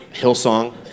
Hillsong